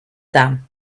them